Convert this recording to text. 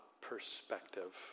perspective